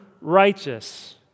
righteous